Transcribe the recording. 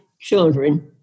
children